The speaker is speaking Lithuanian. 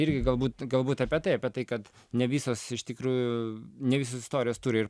irgi galbūt galbūt apie tai apie tai kad ne visos iš tikrųjų ne visos istorijos turi ir